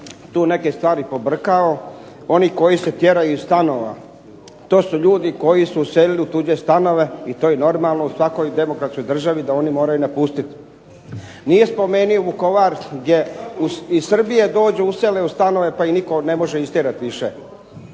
tu neke stvari pobrkao. Oni koji se tjeraju iz stanova to su ljudi koji su uselili u tuđe stanove i to je normalno u svakoj demokratskoj državi da oni moraju napustiti. Nije spomenuo Vukovar gdje iz Srbije dođu, usele u stanove, pa ih nitko ne može istjerat više.